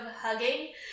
hugging